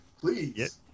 Please